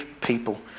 people